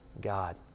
God